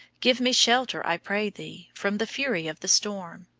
give me shelter, i pray thee, from the fury of the storm.